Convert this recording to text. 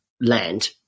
land